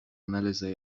анализа